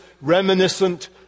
reminiscent